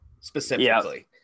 specifically